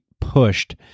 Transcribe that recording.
pushed